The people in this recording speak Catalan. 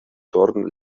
torn